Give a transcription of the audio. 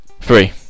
Three